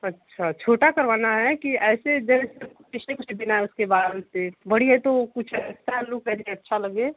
अच्छा छोटा करवाना है कि ऐसे इस्टेप उस्टेप बिना उसके बाल पर बड़ी है तो कुछ एक्स्ट्रा लुक यानि अच्छा लगे